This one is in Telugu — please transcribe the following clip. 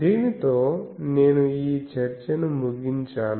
దీనితో నేను ఈ చర్చను ముగించాను